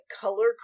color